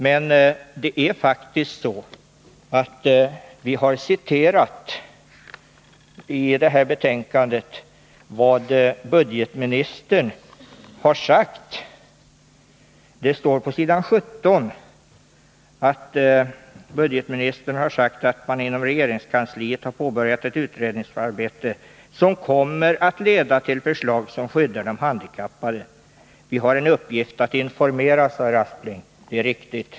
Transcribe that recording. Men det är faktiskt så att vi i det här betänkandet har citerat vad budgetministern sagt. Det står på s. 17 att budgetministern sagt att man inom regeringskansliet påbörjat ett utredningsarbete som kommer att leda till förslag som skyddar de handikappade. Vi har en uppgift att informera, sade herr Aspling. Det är riktigt.